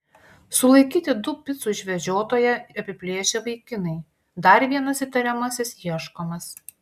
sulaikyti du picų išvežiotoją apiplėšę vaikinai dar vienas įtariamasis ieškomas